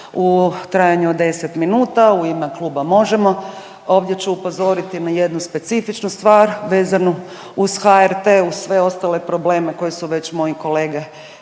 u trajanju od 10 minuta u ime kluba Možemo!. Ovdje ću upozoriti na jednu specifičnu stvar vezanu uz HRT uz sve ostale probleme koje su već moji kolege naglasili.